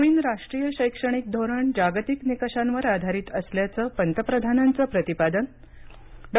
नवीन राष्ट्रीय शैक्षणिक धोरण जागतिक निकषांवर आधारित असल्याचं पंतप्रधानांचं प्रतिपादन डॉ